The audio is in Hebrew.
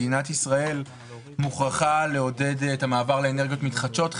מדינת ישראל חייבת לעודד את המעבר לאנרגיות מתחדשות.